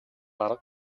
арга